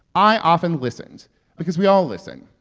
i often listened because we all listen.